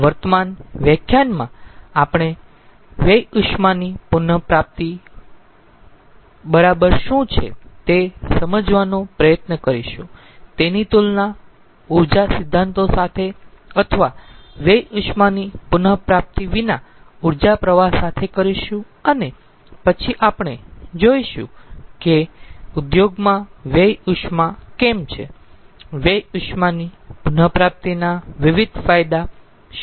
વર્તમાન વ્યાખ્યાનમાં આપણે વ્યય ઉષ્માની પુન પ્રાપ્તિ બરાબર શું છે તે સમજવાનો પ્રયત્ન કરીશું તેની તુલના ઊર્જા સિદ્ધાંતો સાથે અથવા વ્યય ઉષ્માની પુન પ્રાપ્તિ વિના ઊર્જા પ્રવાહ સાથે કરીશું અને પછી આપણે જોઈશું કે ઉદ્યોગમાં વ્યય ઉષ્મા કેમ છે વ્યય ઉષ્માની પુન પ્રાપ્તિના વિવિધ ફાયદા શું છે